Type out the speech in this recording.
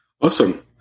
Awesome